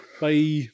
Bye